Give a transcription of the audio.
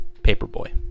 Paperboy